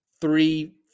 three